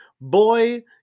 Boy